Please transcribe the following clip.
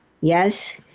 Yes